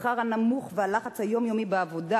השכר הנמוך והלחץ היומיומי בעבודה,